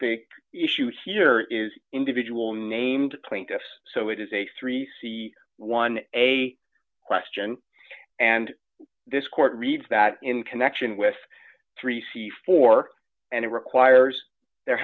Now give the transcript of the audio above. big issue here is individual named plaintiffs so it is a three c one a question and this court reads that in connection with three c four and it requires there